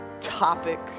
topic